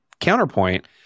Counterpoint